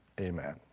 amen